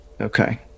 Okay